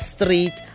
Street